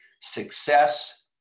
success